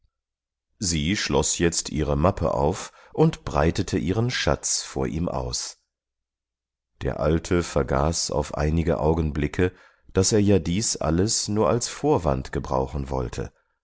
sie schloß jetzt ihre mappe auf und breitete ihren schatz vor ihm aus der alte vergaß auf einige augenblicke daß er ja dies alles nur als vorwand gebrauchen wollte